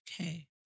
Okay